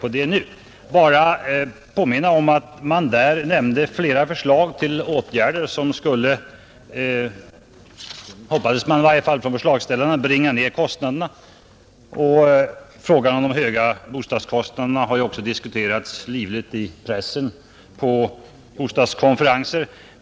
Jag vill bara påminna om att man då nämnde flera förslag på åtgärder som skulle — det hoppades i varje fall förslagsställarna — bringa ner kostnaderna. Frågan om de höga bostadskostnaderna har ju också diskuterats livligt i pressen och på bostadskonferenser.